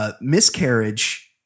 miscarriage